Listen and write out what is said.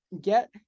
get